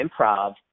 improv